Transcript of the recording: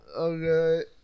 Okay